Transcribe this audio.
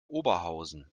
oberhausen